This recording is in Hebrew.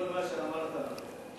כל מה שאמרת נכון.